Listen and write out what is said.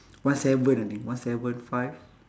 one seven only one seven five